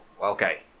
okay